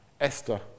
Esther